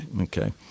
Okay